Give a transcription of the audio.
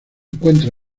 encuentra